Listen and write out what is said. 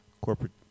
Corporate